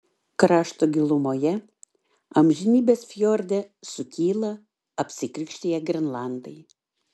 krašto gilumoje amžinybės fjorde sukyla apsikrikštiję grenlandai